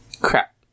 Crap